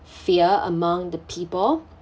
fear among the people